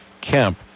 Kemp